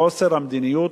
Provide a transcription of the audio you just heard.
חוסר המדיניות,